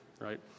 right